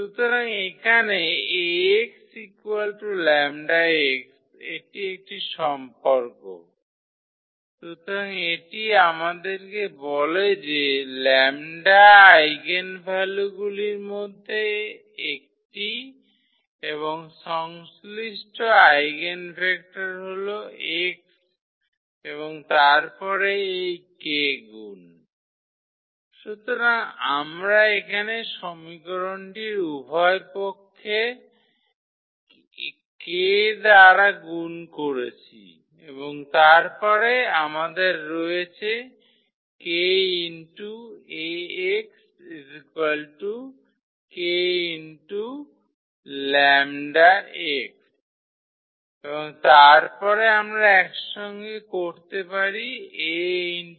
সুতরাং এখানে 𝐴𝑥 𝜆𝑥 এটি একটি সম্পর্ক সুতরাং এটি আমাদেরকে বলে যে 𝜆 আইগেনভ্যালুগুলির মধ্যে একটি এবং সংশ্লিষ্ট আইগেনভেক্টর হল x এবং তারপরে এই 𝑘 গুন সুতরাং আমরা এখানে সমীকরণটির উভয় পক্ষে k দ্বারা গুণ করেছি এবং তারপরে আমাদের রয়েছে ⇒ 𝑘𝐴𝑥𝑘𝜆𝑥 এবং তারপরে আমরা একসঙ্গে করতে পারি 𝐴𝑘𝑥𝜆𝑘𝑥